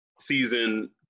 season